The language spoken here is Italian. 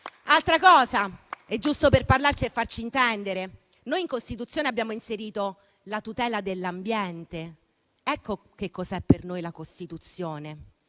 Altra cosa, giusto per parlarci e farci intendere: noi in Costituzione abbiamo inserito la tutela dell'ambiente. Ecco che cos'è per noi la Costituzione: